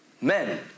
Men